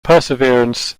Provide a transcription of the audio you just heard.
perseverance